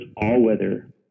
all-weather